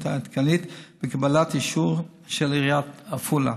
העדכנית בקבלת אישור של עיריית עפולה.